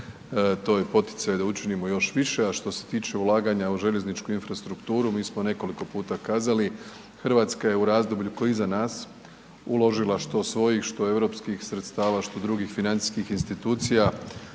to je poticaj da učinimo još više, a što se tiče ulaganja u željezničku infrastrukturu, mi smo nekoliko puta kazali, RH je u razdoblju koje je iza nas, uložila što svojih, što europskih sredstava, što drugih financijskih institucija,